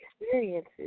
experiences